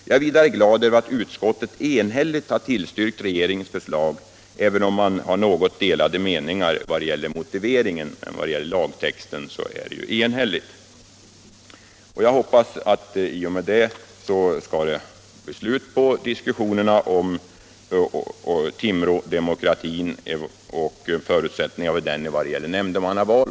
Jag är vidare glad över att utskottet enhälligt har tillstyrkt regeringens förslag, även om det råder något delade meningar om motiveringen. Beträffande lagtexten är utskottet dock enigt. Det blir nu slut på förutsättningarna för den s.k. Timrådemokratin vad gäller nämndemannaval.